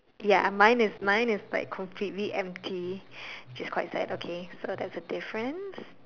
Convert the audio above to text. ya mine is like completely empty which is quite sad so that's a difference